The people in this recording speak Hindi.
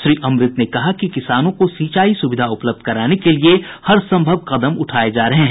श्री अमृत ने कहा कि किसानों को सिंचाई सुविधा उपलब्ध कराने के लिए हरसम्भव कदम उठाये जा रहे हैं